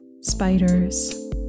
spiders